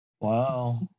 wow